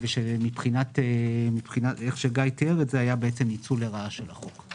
וכפי שגיא תיאר את זה היה בעצם ניצול לרעה של החוק.